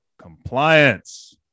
compliance